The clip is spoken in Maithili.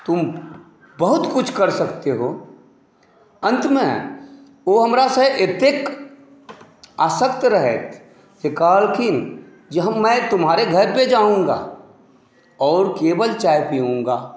तुम बहुत कुछ कर सकते हो अन्तमे ओ हमरासँ एतेक आसक्त रहथि जे कहलखिन जे मैं तुम्हारे घर पे जाऊंगा और केवल चाय पिऊँगा